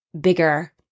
bigger